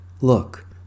look